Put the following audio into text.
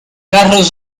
las